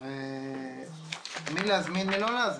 עכשיו, את מי להזמין ואת מי לא להזמין.